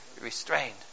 restrained